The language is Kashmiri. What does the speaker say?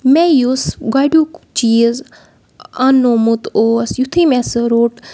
مےٚ یُس گۄڈنیُٚک چیٖز اَننوومُت اوس یُتھُے مےٚ سُہ روٚٹ